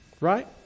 right